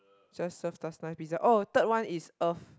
just serve us nine pizza oh third one is Earth